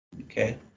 Okay